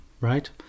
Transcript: right